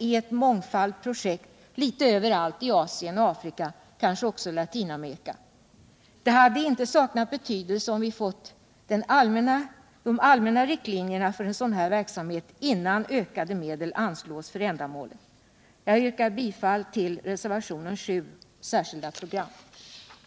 i en mångfald projekt litet överallt i Asien och Afrika, kanske också Latinamerika. Det hade inte saknat betydelse om vi fått de allmänna riktlinjerna för en sådan här verksamhet innan ökade medel anslås för ändamålet. Jag yrkar bifall till reservationen 7, Särskilda program.